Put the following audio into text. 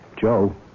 Joe